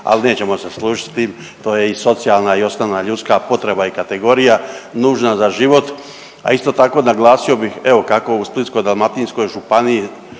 ali nećemo se složit s tim, to je i socijalna i osnovna ljudska potreba i kategorija nužna za život. A isto tako naglasio bih evo kako u Splitsko-dalmatinskoj županiji